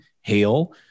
hail